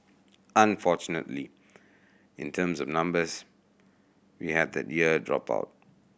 unfortunately in terms of numbers we had that year drop out